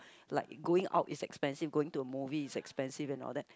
like going out is expensive going to the movie is expensive and all that